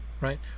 right